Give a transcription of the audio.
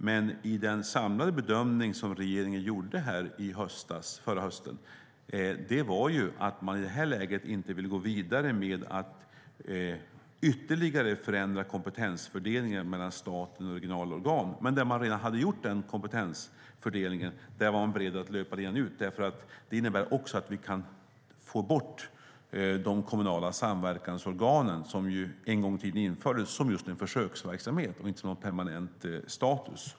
Men den samlade bedömning som regeringen gjorde förra hösten var att man i det här läget inte vill gå vidare med att ytterligare förändra kompetensfördelningen mellan staten och regionala organ. Där man redan hade gjort den kompetensfördelningen var man dock beredd att löpa linan ut eftersom det innebär att vi kan få bort de kommunala samverkansorganen. De infördes ju en gång i tiden som en försöksverksamhet och inte som något med permanent status.